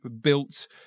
built